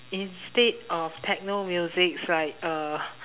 instead of techno musics like uh